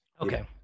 okay